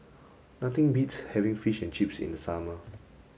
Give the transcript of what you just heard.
nothing beats having fish and chips in the summer